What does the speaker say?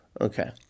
Okay